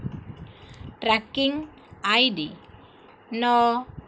tracking I D ନଅ